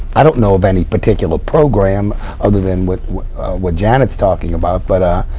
i don't know of any particular program other than what what janet is talking about. but